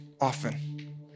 often